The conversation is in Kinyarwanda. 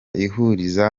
ihuriza